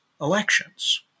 elections